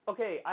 Okay